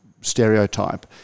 stereotype